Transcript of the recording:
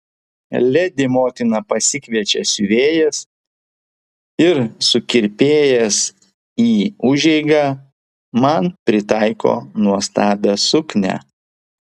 ledi motina pasikviečia siuvėjas ir sukirpėjas į užeigą man pritaiko nuostabią suknią